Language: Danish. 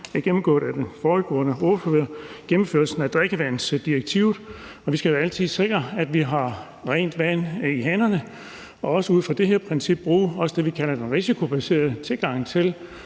er gennemgået af den foregående ordfører, om gennemførelsen af drikkevandsdirektivet. Vi skal altid sikre, at vi har rent vand i hanerne. Vi skal også bruge det her princip, vi kalder den risikobaserede tilgang, til